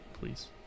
please